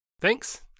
Thanks